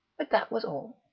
but that was all.